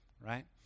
right